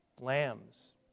lambs